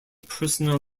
personal